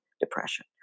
depression